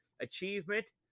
Achievement